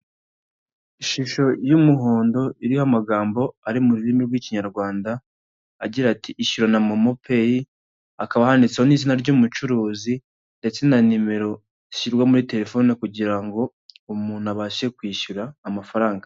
Ishusho y'umuhondo iriho amagambo ari mu rurimi rw'ikinyarwanda, agira ati "ishyura na momo peyi." Hakaba handitseho n'izina ry'umucuruzi ndetse na nimero zishyirwa muri telefone kugira ngo umuntu abashe kwishyura amafaranga.